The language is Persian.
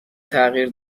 تغییر